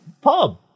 pub